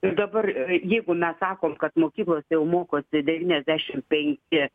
ir dabar jeigu mes sakom kad mokyklose jau mokosi devyniasdešimt penki